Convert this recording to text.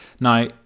Now